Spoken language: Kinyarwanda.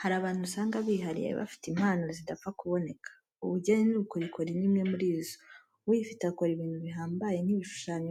Hari abantu usanga bihariye, bafite impano zidapfa kuboneka. Ubugeni n'ubukorikori ni imwe muri izo, uyifite akora ibintu bihambaye nk'ibishushanyo